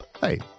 Hey